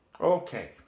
Okay